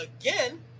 again